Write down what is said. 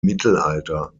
mittelalter